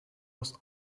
was